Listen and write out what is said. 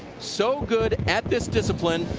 so good at this discipline.